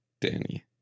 danny